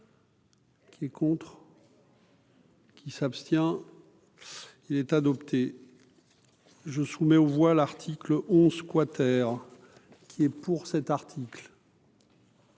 Qui est contre. Qui s'abstient, il est adopté, je soumets aux voix, l'article 11 quater, qui est pour cet article.